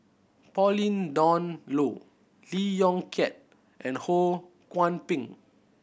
Pauline Dawn Loh Lee Yong Kiat and Ho Kwon Ping